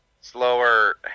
slower